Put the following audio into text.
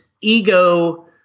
ego